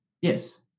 Yes